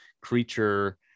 creature